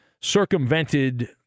circumvented